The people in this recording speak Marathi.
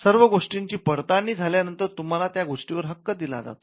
सर्व गोष्टींची पडताळणी झाल्यानंतर तुम्हाला त्या गोष्टीवर हक्क दिला जातो